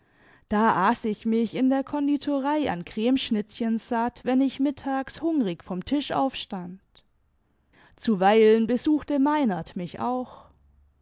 da aß ich mich in der konditorei an crmeschnittchen satt wenn ich mittags hungrig vom tisch aufstand zuweilen besuchte meinert mich auch